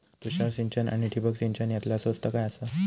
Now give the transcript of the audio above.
तुषार सिंचन आनी ठिबक सिंचन यातला स्वस्त काय आसा?